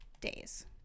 days